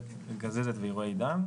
גזזת ועירויי דם,